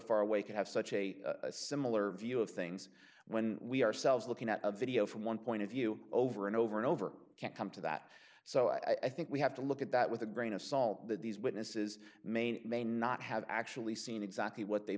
far away could have such a similar view of things when we ourselves looking at a video from one point of view over and over and over can't come to that so i think we have to look at that with a grain of salt that these witnesses may may not have actually seen exactly what they